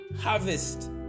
harvest